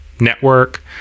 network